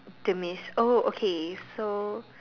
demise oh okay so